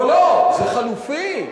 לא לא, זה חלופי.